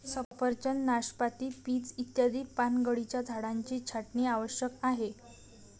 सफरचंद, नाशपाती, पीच इत्यादी पानगळीच्या झाडांची छाटणी आवश्यक आहे